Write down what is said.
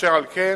אשר על כן,